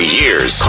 years